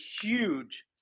huge